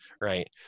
right